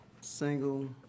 single